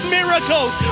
miracles